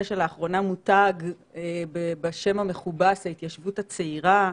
שלאחרונה מותג בשם המכובס: ההתיישבות הצעירה,